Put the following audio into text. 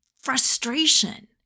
frustration